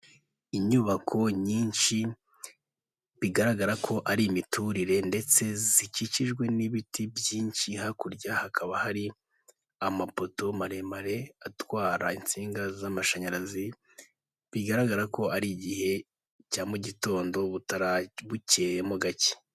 Inyubako nyinshi bigaragara ko ari imiturire ndetse zikikijwe n'ibiti byinshi hakurya hakaba hari amapoto maremare atwara insinga z'amashanyarazi, bigaragara ko ari igihe cya mu gitondo butaracya hacyeyemo gake.